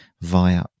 via